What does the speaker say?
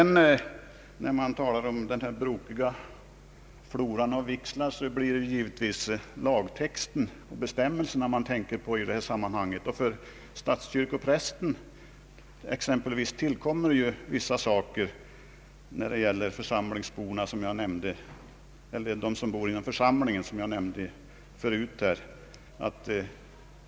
När man talar om den brokiga floran av vigslar, är det givetvis lagtexten och bestämmelserna man tänker på. För statskyrkoprästen exempelvis tillkommer ju vissa saker när det gäller de personer som bor inom församlingen, vilket jag nämnde tidigare.